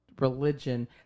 religion